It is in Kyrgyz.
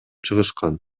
чыгышкан